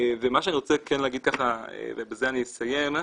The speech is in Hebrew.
ומה שאני רוצה כן להגיד, ובזה אני אסיים,